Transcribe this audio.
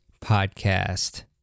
podcast